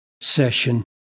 session